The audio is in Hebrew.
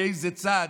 מאיזה צד,